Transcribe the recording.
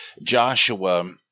Joshua